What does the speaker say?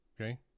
okay